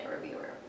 reviewer